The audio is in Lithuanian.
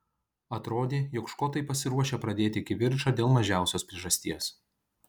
atrodė jog škotai pasiruošę pradėti kivirčą dėl mažiausios priežasties